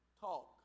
talk